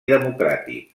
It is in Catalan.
democràtic